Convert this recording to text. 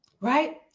right